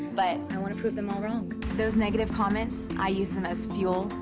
but i wanna prove them all wrong. those negative comments, i use them as fuel.